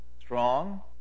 Strong